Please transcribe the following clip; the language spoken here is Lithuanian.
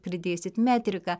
pridėsit metriką